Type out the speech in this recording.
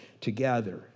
together